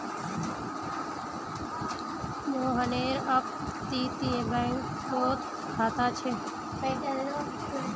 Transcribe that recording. मोहनेर अपततीये बैंकोत खाता छे